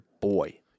boy